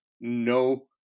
no